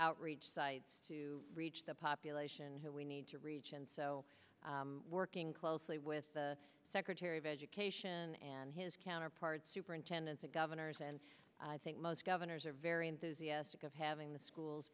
outreach sites to reach the population who we need to reach and so working closely with the terry of education and his counterpart superintendents and governors and i think most governors are very enthusiastic of having the schools